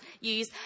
use